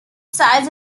sides